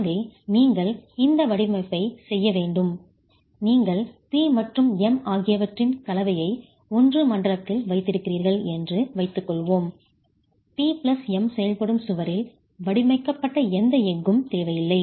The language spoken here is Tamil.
எனவே நீங்கள் இந்த வடிவமைப்பைச் செய்ய வேண்டும் நீங்கள் P மற்றும் M ஆகியவற்றின் கலவையை 1 மண்டலத்தில் வைத்திருக்கிறீர்கள் என்று வைத்துக்கொள்வோம் P பிளஸ் M செயல்படும் சுவரில் வடிவமைக்கப்பட்ட எந்த எஃகும் தேவையில்லை